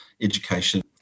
education